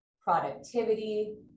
productivity